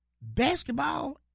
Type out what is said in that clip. basketball